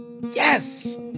yes